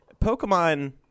Pokemon